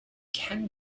can